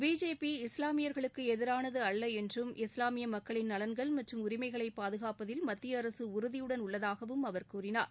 BJP இஸ்லாமியர்களுக்கு எதிரானது அல்ல என்றும் இஸ்லாமிய மக்களின் நலன்கள் மற்றும் உரிமைகளை பாதுகாப்பதில் மத்திய அரசு உறுதியுடன் உள்ளதாக அவர் கூறினார்